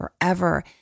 forever